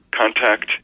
Contact